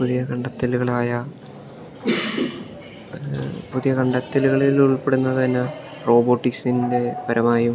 പുതിയ കണ്ടെത്തലുകളായ പുതിയ കണ്ടെത്തലുകളിൽ ഉൾപ്പെടുന്നത് എന്നാ റോബോട്ടിക്സിൻ്റെ പരമായും